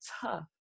tough